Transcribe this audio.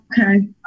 Okay